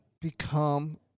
become